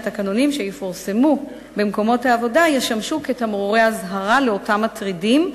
התקנונים שיפורסמו במקומות העבודה ישמשו כתמרורי אזהרה לאותם מטרידים,